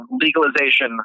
legalization